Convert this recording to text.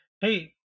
Hey